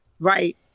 right